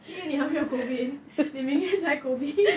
今天你还没有 COVID 你明天才 COVID